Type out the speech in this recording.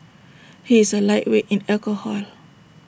he is A lightweight in alcohol